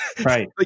Right